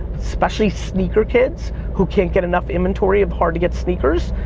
especially sneaker kids, who can't get enough inventory of hard-to-get sneakers.